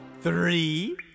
three